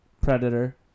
Predator